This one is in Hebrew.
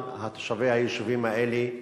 אבל תושבי היישובים האלה,